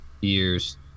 years